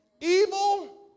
Evil